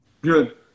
Good